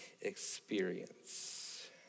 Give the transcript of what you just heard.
experience